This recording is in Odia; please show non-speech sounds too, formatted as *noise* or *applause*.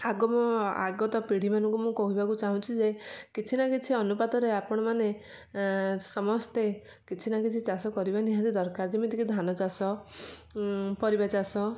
*unintelligible* ଆଗତ ପିଢ଼ିମାନଙ୍କୁ ମୁଁ କହିବାକୁ ଚାହୁଁଚି ଯେ କିଛି ନା କିଛି ଅନୁପାତରେ ଆପଣ ମାନେ ସମସ୍ତେ କିଛି ନା କିଛି ଚାଷ କରିବା ନିହାତି ଦରକାର ଯେମିତି କି ଧାନ ଚାଷ ପରିବା ଚାଷ